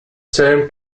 term